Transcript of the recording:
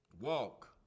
walk